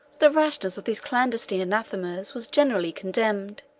the rashness of these clandestine anathemas was generally condemned